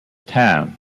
town